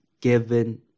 given